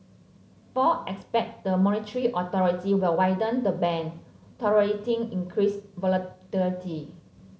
four expect the monetary authority will widen the band tolerating increased volatility